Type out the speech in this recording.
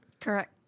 Correct